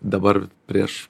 dabar prieš